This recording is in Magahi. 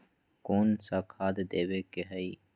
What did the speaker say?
कोन सा खाद देवे के हई?